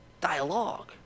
dialogue